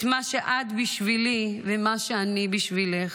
את מה שאת בשבילי ומה שאני בשבילך.